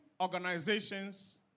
organizations